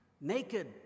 naked